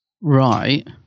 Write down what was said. Right